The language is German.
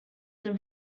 dem